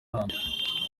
hambere